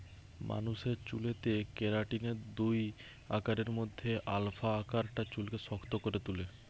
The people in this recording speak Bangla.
মানুষের চুলেতে কেরাটিনের দুই আকারের মধ্যে আলফা আকারটা চুলকে শক্ত করে তুলে